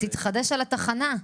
תתחדש על התחנה.